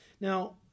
Now